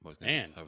man